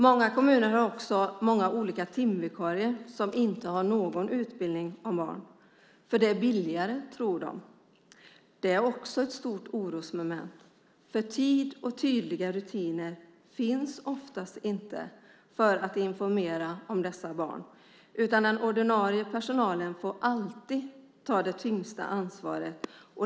Många kommuner har många olika timvikarier som inte har någon utbildning om barn, för det är billigare, tror de. Det är också ett stort orosmoment. För tid och tydliga rutiner finns oftast inte för att informera om dessa barn, utan den ordinarie personalen får alltid ta det tyngsta ansvaret.